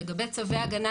לגבי צווי הגנה